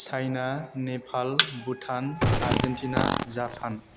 China Nepal Bhutan Argentina Japan